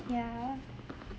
yeah